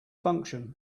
function